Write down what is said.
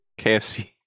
KFC